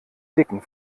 dicken